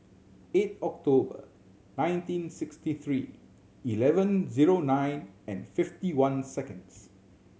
eight October nineteen sixty three eleven zero nine and fifty one seconds